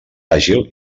àgil